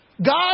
God